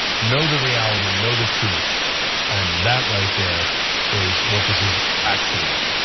know the reality, know the truth and that right there is what this is actually about.